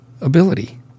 ability